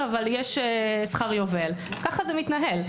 אבל יש שכר יובל ככה זה מתנהל.